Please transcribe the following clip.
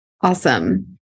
Awesome